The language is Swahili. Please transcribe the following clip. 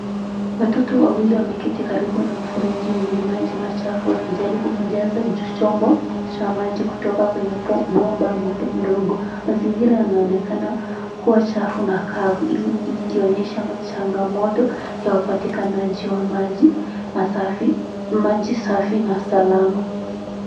Watoto wawili wameketi karibu na mfereji wenye maji machafu wakijaribu kujaza chombo cha maji kutoka kutoka kwenye bomba dogo. Mazingira yanaonekana kuwa chafu na kavu ikionyesha changamoto ya upatikanaji wa maji masafi, maji safi na salama.